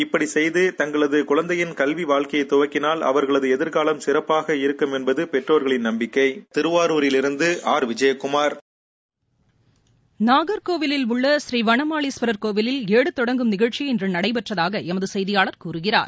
இப்படி செய்து தங்களது குழந்தையின் கல்வி வாழ்க்கையை தொடங்கினால் அவர்களின் கல்வி சிறப்பாக இருக்கும் என்பது பெற்றோர்களின் நம்பிக்கை திருவாரூரில் இருந்து விஜயகுமார் நாகர்னோயில் உள்ள ஸ்ரீ வனமாளீஸ்வரர் கோயிலில் ஏடு தொடங்கும் நிகழ்ச்சி இன்று நடைபெற்றதாக எமது செய்தியாளர் கூறுகிறார்